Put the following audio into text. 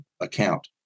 account